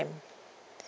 time